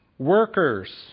workers